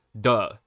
duh